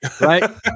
Right